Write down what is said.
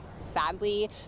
Sadly